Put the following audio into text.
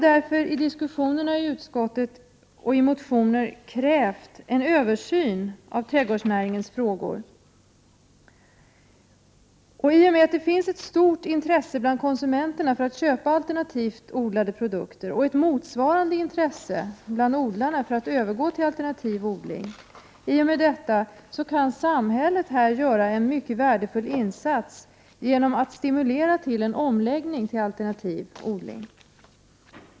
Vid diskussionerna i utskottet och i motioner har därför vi i vpk krävt en översyn av frågor som rör trädgårdsnäringen. I och med att det finns ett stort intresse bland konsumenterna att köpa alternativt odlade produkter och ett motsvarande intresse bland odlarna att övergå till alternativ odling kan samhället göra en mycket värdefull insats genom att stimulera till en omläggning till alternativ odling.